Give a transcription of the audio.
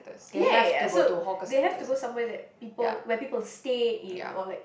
ya ya ya so they have to go somewhere that people where people stay in or like